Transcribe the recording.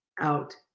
out